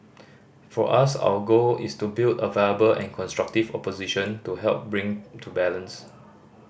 for us our goal is to build a viable and constructive opposition to help bring balance